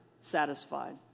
satisfied